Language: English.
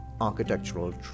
architectural